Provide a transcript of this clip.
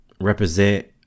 represent